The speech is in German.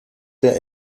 der